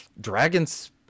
Dragons